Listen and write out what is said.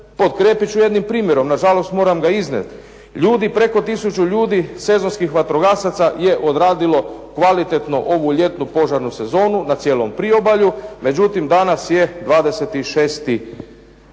potkrijepit ću jednim primjerom. Nažalost, moram ga iznijeti. Preko tisuću ljudi sezonskih vatrogasaca je odradilo kvalitetno ovu ljetnu požarnu sezonu na cijelom priobalju, međutim danas je 26.11.